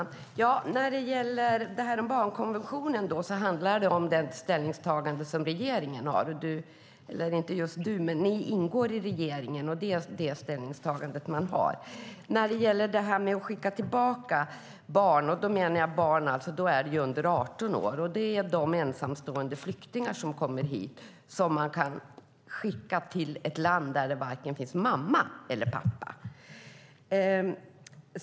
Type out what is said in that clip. Herr talman! Vad gäller barnkonventionen handlar det om det ställningstagande som regeringen har, och Kristdemokraterna ingår i regeringen. När jag sade att ni skickar tillbaka barn avsåg jag de ensamstående flyktingbarn under 18 år som skickas tillbaka till länder där det varken finns mamma eller pappa.